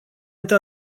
într